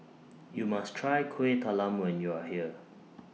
YOU must Try Kuih Talam when YOU Are here